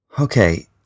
Okay